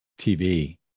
tv